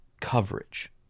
coverage